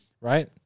Right